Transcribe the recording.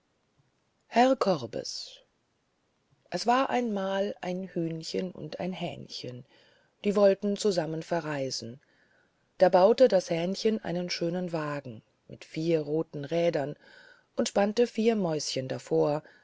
herr korbes es war einmal ein hühnchen und hähnchen die wollten zusammen verreisen da baute das hähnchen einen schönen wagen mit vier rothen rädern und spannte vier mäuschen davor